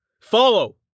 Follow